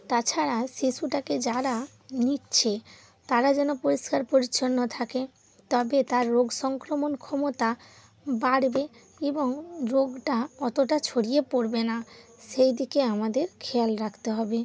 তাছাড়া শিশুটাকে যারা নিচ্ছে তারা যেন পরিষ্কার পরিচ্ছন্ন থাকে তবে তার রোগ সংক্রমণ ক্ষমতা বাড়বে এবং রোগটা অতোটা ছড়িয়ে পড়বে না সেইদিকে আমাদের খেয়াল রাখতে হবে